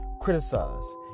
Criticize